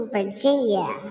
Virginia